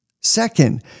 Second